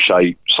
shape